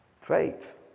Faith